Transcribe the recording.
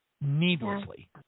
needlessly